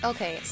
Okay